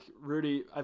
Rudy